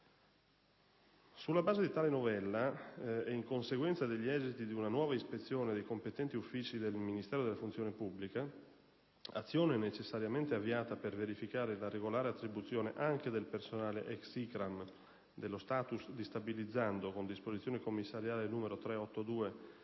Sulla base di tale novella normativa e in conseguenza degli esiti di una nuova ispezione dei competenti uffici del Ministero della funzione pubblica, azione necessariamente avviata per verificare la regolare attribuzione anche al personale ex ICRAM dello *status* di stabilizzando, con disposizione commissariale n. 382